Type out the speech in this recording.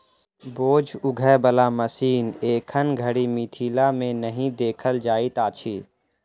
बोझ उघै बला मशीन एखन धरि मिथिला मे नहि देखल जाइत अछि